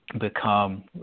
become